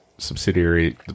subsidiary